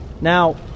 Now